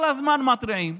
כל הזמן מתריעים,